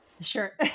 Sure